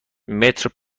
متر